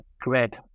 great